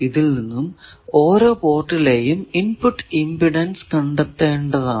ഇതിൽ നിന്നും ഓരോ പോർട്ടിലേയും ഇൻപുട് ഇമ്പിഡൻസ് കണ്ടെത്തേണ്ടതാണ്